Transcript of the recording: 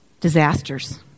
disasters